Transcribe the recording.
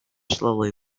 slowly